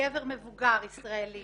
לגבר מבוגר ישראלי